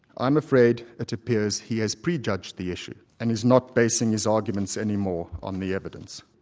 i'm afraid it appears he has pre-judged the issue and is not basing his arguments any more on the evidence.